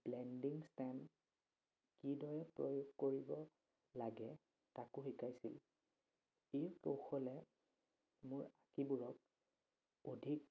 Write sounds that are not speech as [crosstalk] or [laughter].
blending stem কিদৰে প্ৰয়োগ কৰিব লাগে তাকো শিকাইছিল এই কৌশলে মোৰ [unintelligible] বোৰক অধিক